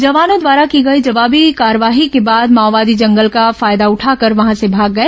जवानों द्वारा की गई जवाबी कार्रवाई के बाद माओवादी जंगल का फायदा उठाकर वहां से भाग गए